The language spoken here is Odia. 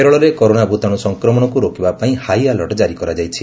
କେରଳରେ କରୋନା ଭୂତାଣୁ ସଂକ୍ରମଣକୁ ରୋକବା ପାଇଁ ହାଇ ଆଲର୍ଟ ଜାରି କରାଯାଇଛି